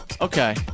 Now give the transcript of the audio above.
Okay